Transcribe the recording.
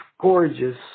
gorgeous